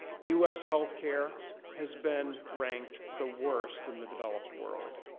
u s. health care has been ranked the worst in the developed world.